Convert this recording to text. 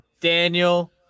Daniel